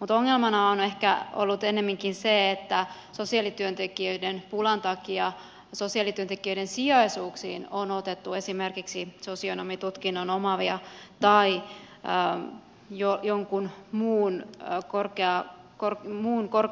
mutta ongelmana on ehkä ollut ennemminkin se että sosiaalityöntekijöiden pulan takia sosiaalityöntekijöiden sijaisuuksiin on otettu esimerkiksi sosionomitutkinnon tai jonkun muun